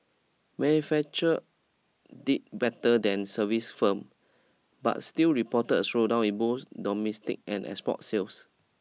manufacturers did better than services firms but still reported a slowdown in both domestic and export sales